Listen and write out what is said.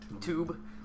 tube